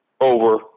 over